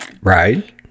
Right